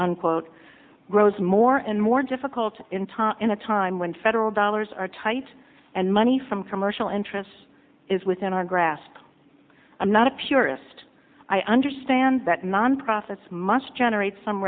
unquote grows more and more difficult in time in a time when federal dollars are tight and money from commercial interests is within our grasp i'm not a purist i understand that non profits must generate some